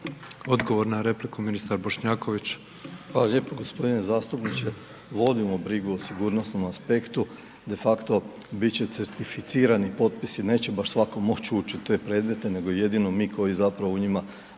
Odgovor na repliku, ministar Bošnjaković. **Bošnjaković, Dražen (HDZ)** Hvala lijepo gospodine zastupniče. Vodimo brigu o sigurnosnom aspektu, de facto, biti će certificirani potpisi, neće baš svatko moći ući u te predmete, nego jedino mi koji zapravo u njima